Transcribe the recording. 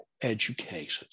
educated